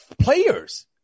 players